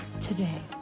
today